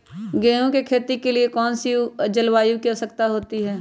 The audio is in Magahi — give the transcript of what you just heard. गेंहू की खेती के लिए कौन सी जलवायु की आवश्यकता होती है?